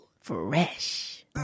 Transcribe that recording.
Fresh